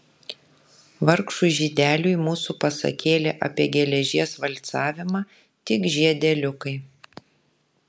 vargšui žydeliui mūsų pasakėlė apie geležies valcavimą tik žiedeliukai